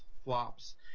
flops